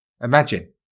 Imagine